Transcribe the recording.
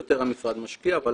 המשרד משקיע אפילו יותר,